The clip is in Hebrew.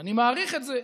ואני מעריך את זה,